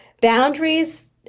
boundaries